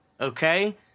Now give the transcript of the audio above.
Okay